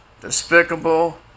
despicable